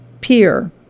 peer